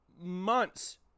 months